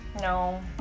No